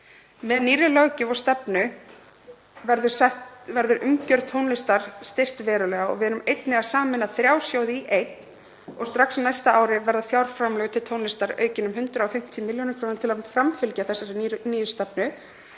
Með nýrri löggjöf og stefnu verður umgjörð tónlistar styrkt verulega. Við erum einnig að sameina þrjá sjóði í einn og strax á næsta ári verða fjárframlög til tónlistar aukin um 150 millj. kr. til að framfylgja þessari nýju stefnu.